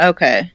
Okay